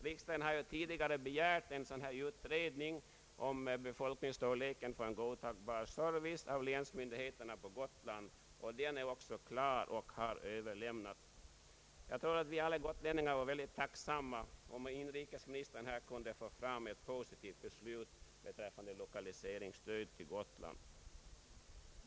Riksdagen har tidigare av länsmyndigheterna på Gotland begärt en dylik utredning om befolkningsstorleken för en godtagbar service. Den är också klar och har överlämnats. Jag tror att alla vi gotlänningar vore mycket tacksamma om inrikesministern kunde få fram ett positivt beslut beträffande lokaliseringsstöd till Gotland.